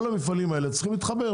הם צריכים להתחבר,